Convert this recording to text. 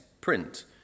print